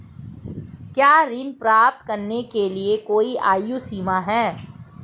क्या ऋण प्राप्त करने के लिए कोई आयु सीमा है?